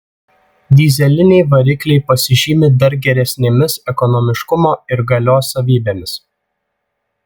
dyzeliniai varikliai pasižymi dar geresnėmis ekonomiškumo ir galios savybėmis